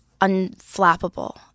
unflappable